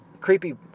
Creepy